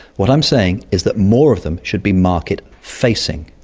what i'm saying is that more of them should be market facing.